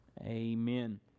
Amen